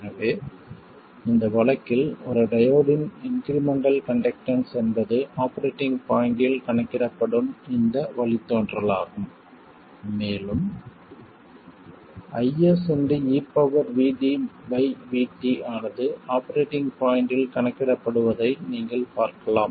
எனவே இந்த வழக்கில் ஒரு டையோடின் இன்க்ரிமெண்டல் கண்டக்டன்ஸ் என்பது ஆபரேட்டிங் பாய்ண்ட்டில் கணக்கிடப்படும் இந்த வழித்தோன்றலாகும் மேலும் IS eVdVt ஆனது ஆபரேட்டிங் பாய்ண்ட்டில் கணக்கிடப்படுவதை நீங்கள் பார்க்கலாம்